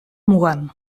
mugan